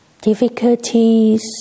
difficulties